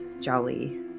jolly